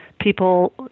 people